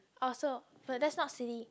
oh so but that's not silly